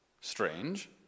strange